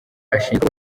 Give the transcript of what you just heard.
ashinjwa